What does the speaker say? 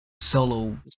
solo